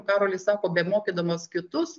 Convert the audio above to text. karolis sako bemokydamas kitus